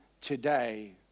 today